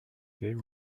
they